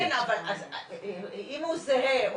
אם הוא זהה,